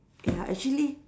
ya actually